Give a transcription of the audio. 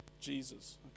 Jesus